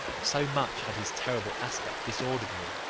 so much had his terrible aspect disordered me.